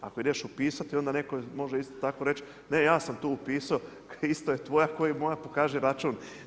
Ako ideš upisati, onda netko može isto tako reći, ne ja sam tu upisao, isto je tvoja ko i moja, pokaži račun.